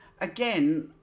again